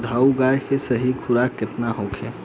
दुधारू गाय के सही खुराक केतना होखे?